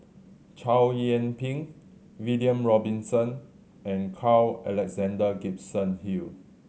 Chow Yian Ping William Robinson and Carl Alexander Gibson Hill